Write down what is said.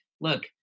look